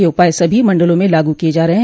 ये उपाय सभी मंडलों में लागू किये जा रहे हैं